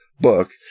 book